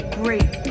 great